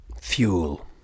Fuel